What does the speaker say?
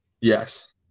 Yes